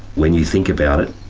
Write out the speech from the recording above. when you think about it,